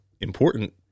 important